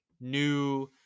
new